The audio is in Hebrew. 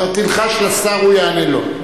אתה תלחש לשר, הוא יענה לו.